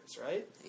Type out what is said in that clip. right